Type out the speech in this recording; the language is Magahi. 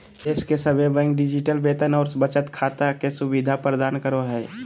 देश के सभे बैंक डिजिटल वेतन और बचत खाता के सुविधा प्रदान करो हय